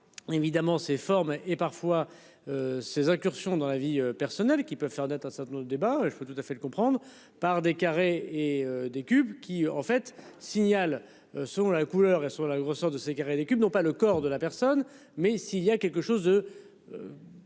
Évidemment ces formes et parfois. Ses incursions dans la vie personnelle qui peut faire naître un certain nombre de débats, je peux tout à fait le comprendre par des carrés et des cubes qui en fait signal selon la couleur et sur la grosseur de ses carrés les cubes, non pas le corps de la personne, mais s'il y a quelque chose de.